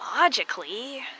logically